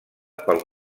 pel